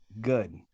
good